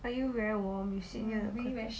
are you very warm you sit near the cur~